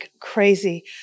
crazy